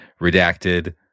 redacted